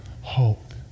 hope